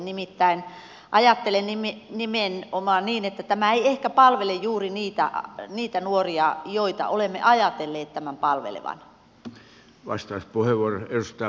nimittäin ajattelen nimenomaan niin että tämä ei ehkä palvele juuri niitä nuoria joita olemme ajatelleet tämän palvelevan